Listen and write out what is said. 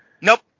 Nope